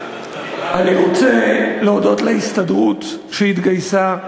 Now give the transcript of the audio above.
אני רוצה להודות להסתדרות שהתגייסה,